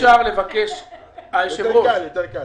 יותר קל.